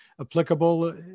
applicable